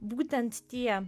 būtent tie